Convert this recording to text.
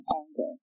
anger